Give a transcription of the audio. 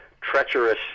treacherous